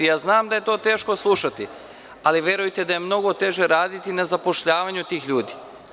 Ja znam da je to teško slušati, ali verujte da je mnogo teže raditi na zapošljavanju tih ljudi.